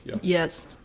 Yes